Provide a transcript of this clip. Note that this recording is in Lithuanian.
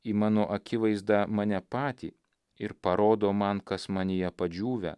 į mano akivaizdą mane patį ir parodo man kas manyje padžiūvę